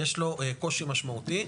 יש לנו קושי משמעותי.